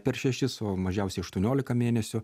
per šešis o mažiausiai aštuoniolika mėnesių